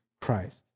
Christ